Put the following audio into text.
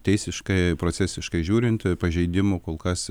teisiškai procesiškai žiūrint pažeidimų kol kas